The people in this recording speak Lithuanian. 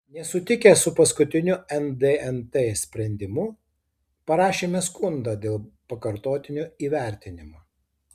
nesutikę su paskutiniu ndnt sprendimu parašėme skundą dėl pakartotinio įvertinimo